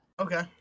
Okay